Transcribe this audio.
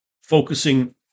focusing